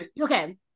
okay